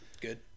good